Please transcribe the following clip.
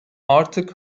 artık